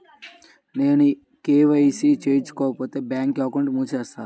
నేను కే.వై.సి చేయించుకోకపోతే బ్యాంక్ అకౌంట్ను మూసివేస్తారా?